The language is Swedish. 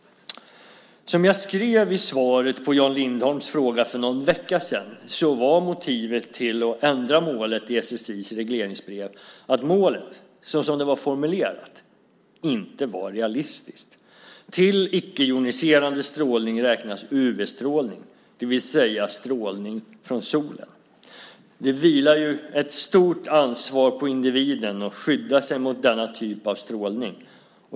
Som jag skrev i svaret på Jan Lindholms fråga för någon vecka sedan var motivet till att ändra målet i SSI:s regleringsbrev att målet, så som det var formulerat, inte var realistiskt. Till icke-joniserande strålning räknas UV-strålning, det vill säga strålning från solen. Det vilar ett stort ansvar på individen att skydda sig mot denna typ av strålning.